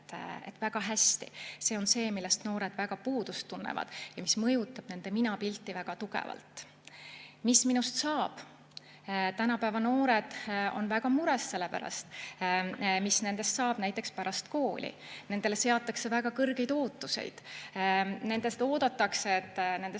väga hästi? See on see, millest noored väga puudust tunnevad ja mis mõjutab nende minapilti väga tugevalt. Mis minust saab? Tänapäeva noored on väga mures selle pärast, mis nendest saab näiteks pärast kooli. Nendele seatakse väga kõrgeid ootusi. Nendest oodatakse, et kõikidest